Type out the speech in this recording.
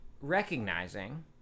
recognizing